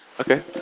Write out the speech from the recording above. Okay